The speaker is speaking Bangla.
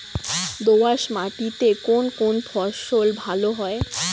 দোঁয়াশ মাটিতে কোন কোন ফসল ভালো হয়?